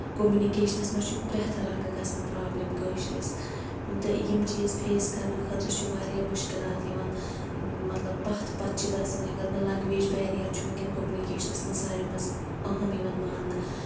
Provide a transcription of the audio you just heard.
کومُنِکیشنَس منٛز چھُ پرٮ۪تھ رَنگہٕ گژھان بروبلِم کٲشرِس تہٕ یِم چیٖز فیس کرنہٕ خٲطرٕ چھُ واریاہ مُشکِلات یِوان مطلب پَتھ پَتھ چھِ گژھان یا اَگر نہٕ لینگویج بیریر چھُ ؤنکیٚن کومنِکیشنَس منٛز ساروی منٛز اَہم یِوان ماننہٕ